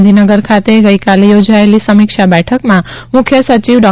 ગાંધીનગર ખાતે ગઇકાલે યોજાયેલી સમીક્ષા બેઠકમાં મુખ્ય સચિવ શ્રી ડૉ